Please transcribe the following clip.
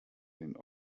den